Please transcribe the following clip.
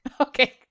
Okay